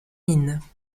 mines